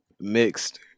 mixed